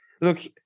Look